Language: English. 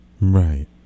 Right